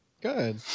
Good